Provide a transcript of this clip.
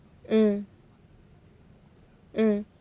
mm mm